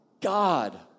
God